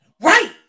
Right